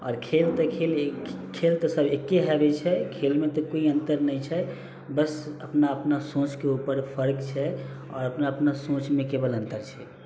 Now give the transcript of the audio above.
आओर खेल तऽ खेल हइ खेल तऽ सब एके होबैत छै खेलमे तऽ कोइ अंतर नहि छै बस अपना अपना सोचके उपर फर्क छै आओर अपना अपना सोचमे केवल अंतर छै